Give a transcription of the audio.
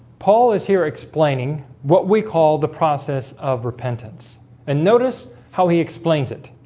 paul is here explaining what we call the process of repentance and notice how he explains it